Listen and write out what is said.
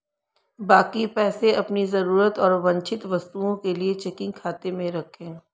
बाकी पैसे अपनी जरूरत और वांछित वस्तुओं के लिए चेकिंग खाते में रखें